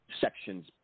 sections